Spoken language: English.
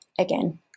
again